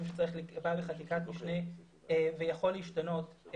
שצריך להיקבע בחקיקת משנה ויכול להשתנות.